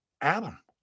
Adam